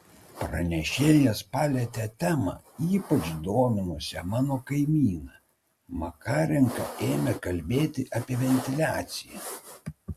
pranešėjas palietė temą ypač dominusią mano kaimyną makarenka ėmė kalbėti apie ventiliaciją